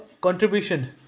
contribution